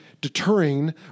deterring